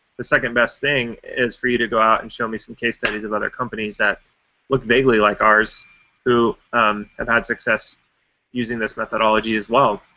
the second best thing is for you to go out and show me some case studies of other companies that look vaguely like ours who have had success using this methodology as well.